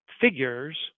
figures